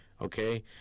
okay